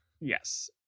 Yes